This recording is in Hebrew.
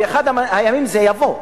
באחד הימים זה יבוא.